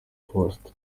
post